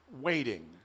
Waiting